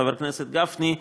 חבר הכנסת גפני,